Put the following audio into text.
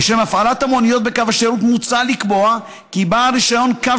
לשם הפעלת המוניות בקו השירות מוצע לקבוע כי בעל רישיון קו